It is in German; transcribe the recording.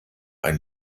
ein